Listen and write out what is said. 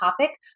topic